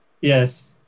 Yes